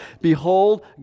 Behold